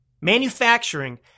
manufacturing